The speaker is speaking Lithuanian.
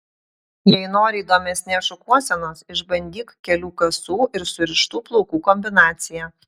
jei nori įdomesnės šukuosenos išbandyk kelių kasų ir surištų plaukų kombinaciją